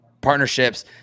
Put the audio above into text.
partnerships